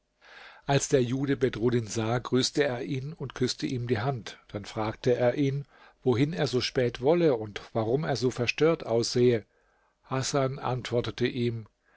als der jude bedruddin sah grüßte er ihn und küßte ihm die hand dann fragte er ihn wohin er so spät wolle und warum er so verstört aussehe hasan antwortete ihm